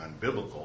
unbiblical